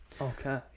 Okay